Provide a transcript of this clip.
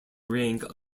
rank